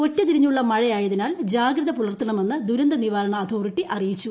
ഒറ്റതിരിഞ്ഞുള്ള മഴയായതിനാൽ ജാഗ്രത പുലർത്തണമെന്ന് ദുരന്ത നിവാരണ അതോറിറ്റി അറിയിച്ചു